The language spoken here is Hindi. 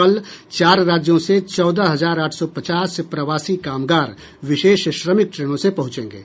कल चार राज्यों से चौदह हजार आठ सौ पचास प्रवासी कामगार विशेष श्रमिक ट्रेनों से पहुंचेंगे